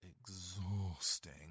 exhausting